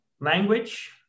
language